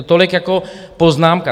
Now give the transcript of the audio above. Tolik jako poznámka.